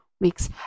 week's